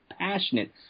passionate